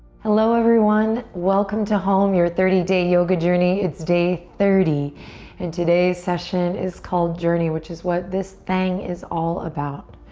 hello, everyone. welcome to home, your thirty day yoga journey. it's day thirty and today's session is called journey, which is what this thing is all about.